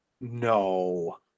No